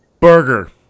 Burger